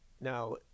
Now